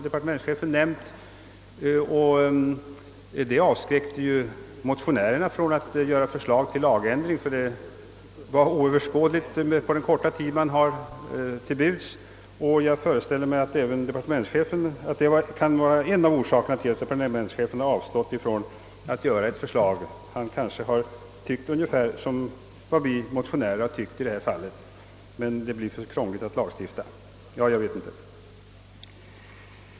Detta avskräckte motionärerna ifrån att föreslå lagändring, och detta var också omöjligt med den korta tid som stod till buds. Jag föreställer mig att detta kan ha varit en av orsakerna till att också departementschefen inte utformat något förslag. Kanske har han i detta fall tyckt ungefär som vi motionärer.